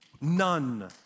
none